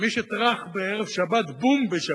בערב שבת, בום בשבת.